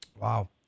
Wow